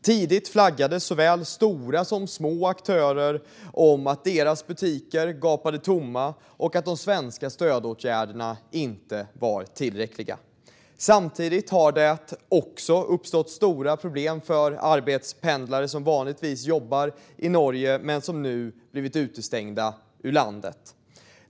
Tidigt flaggade såväl små som stora aktörer för att deras butiker gapade tomma och att de svenska stödåtgärderna inte varit tillräckliga. Samtidigt har det också uppstått stora problem för arbetspendlare som vanligtvis jobbar i Norge men som nu blivit utestängda från landet.